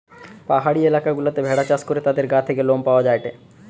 পাহাড়ি এলাকা গুলাতে ভেড়া চাষ করে তাদের গা থেকে লোম পাওয়া যায়টে